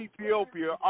Ethiopia